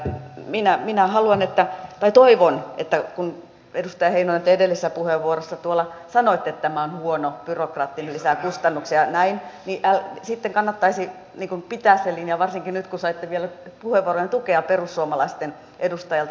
ja minä toivon että kun edustaja heinonen te edellisessä puheenvuorossa tuolla sanoitte että tämä on huono byrokraattinen lisää kustannuksia ja näin niin sitten kannattaisi pitää se linja varsinkin nyt kun saitte vielä puheenvuoroonne tukea perussuomalaisten edustajalta